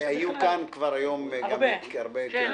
היו כאן היום כבר הרבה ילדים.